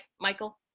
michael